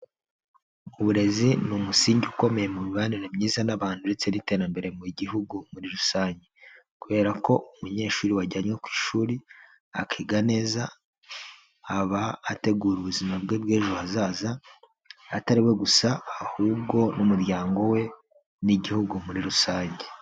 Uburezi ni umusingi ukomeye mu mibanire myiza n'abantu ndetse n'iterambere mu gihugu muri rusange kubera ko umunyeshuri wajyanywe ku ishuri, akiga neza aba ategura ubuzima bwe bw'ejo hazaza atari we gusa ahubwo n'umuryango we n'igihugu muri rusange.